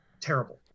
Terrible